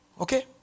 Okay